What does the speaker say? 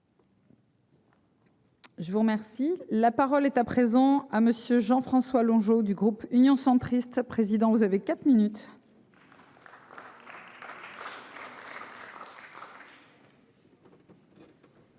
Je vous remercie. La parole est à présent à monsieur Jean-François Longeot du groupe Union centriste, président, vous avez quatre minutes. Il y a madame